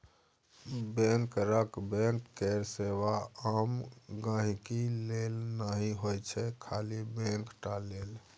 बैंकरक बैंक केर सेबा आम गांहिकी लेल नहि होइ छै खाली बैंक टा लेल